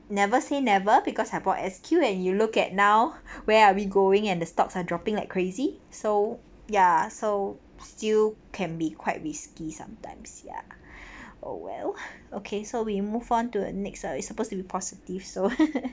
never say never because I bought S_Q and you look at now where are we going and the stocks are dropping like crazy so ya so still can be quite risky sometimes ya oh well okay so we move on to next ah it's supposed to be positive so